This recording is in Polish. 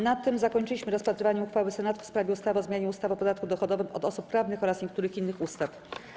Na tym zakończyliśmy rozpatrywanie uchwały Senatu w sprawie ustawy o zmianie ustawy o podatku dochodowym od osób prawnych oraz niektórych innych ustaw.